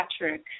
Patrick